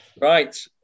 Right